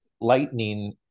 lightning